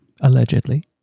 allegedly